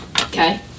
okay